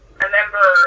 remember